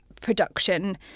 production